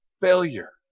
failure